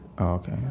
Okay